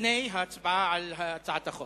לפני ההצבעה על הצעת החוק.